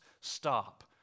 stop